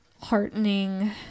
heartening